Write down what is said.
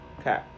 Okay